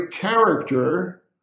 character